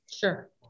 Sure